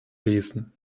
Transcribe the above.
lesen